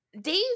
Dave